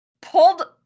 pulled